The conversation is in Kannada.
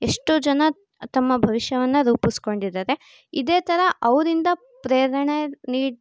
ಎಷ್ಟೋ ಜನ ತಮ್ಮ ಭವಿಷ್ಯವನ್ನು ರೂಪಿಸ್ಕೊಂಡಿದ್ದಾರೆ ಇದೇ ಥರ ಅವರಿಂದ ಪ್ರೇರಣೆ ನೀ